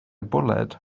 bwled